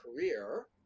career